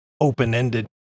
open-ended